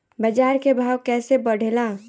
बाजार के भाव कैसे बढ़े ला?